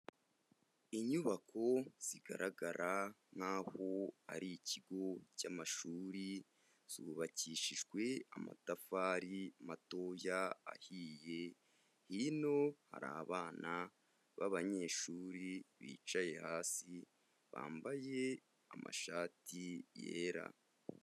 Inyubako zigaragara nkaho ari ikigo cy'amashuri, zubakishijwe amatafari matoya ahiye, hino hari abana b'abanyeshuri bicaye hasi bambaye amashati yera.